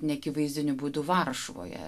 neakivaizdiniu būdu varšuvoje